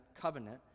covenant